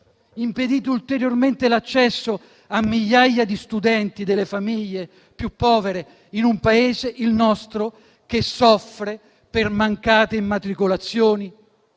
Impedite ulteriormente l'accesso a migliaia di studenti delle famiglie più povere in un Paese, il nostro, che soffre per mancate immatricolazioni,